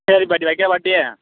சரி பாட்டி வைக்கவா பாட்டி